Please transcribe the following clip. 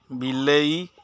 ବିଲେଇ